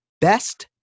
best